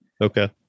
Okay